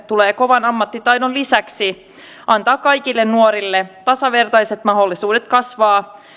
tulee kovan ammattitaidon lisäksi antaa kaikille nuorille tasavertaiset mahdollisuudet kasvaa